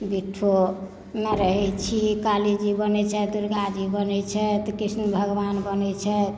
भिट्ठो मे रहै छी काली जी बनै छथि दुर्गा जी बनै छथि कृष्ण भगवान बनै छथि